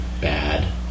bad